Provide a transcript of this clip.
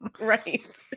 right